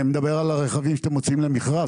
אני מדבר על הרכבים שאתם מוציאים למכרז,